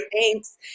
thanks